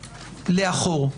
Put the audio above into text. לאחור.